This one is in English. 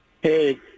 Hey